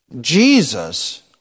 Jesus